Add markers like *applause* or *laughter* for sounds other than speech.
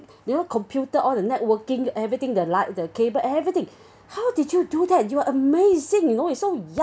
you know computer all the networking everything the line the cable everything *breath* how did you do that you were amazing you know it's so